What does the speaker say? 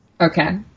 Okay